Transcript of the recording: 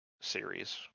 series